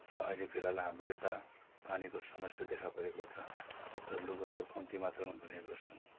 र अहिले फिलहाल हाम्रो यता पानीको समस्या देखा परेको छ र लुगाहरू कम्ती मात्रमा धुने गर्छौँ